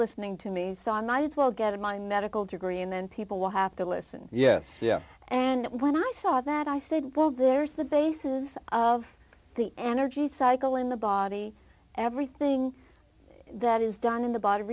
listening to me so i might as well get in my medical degree and then people will have to listen yeah yeah and when i saw that i said well there's the bases of the energy cycle in the body everything that is done in the b